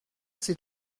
c’est